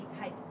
type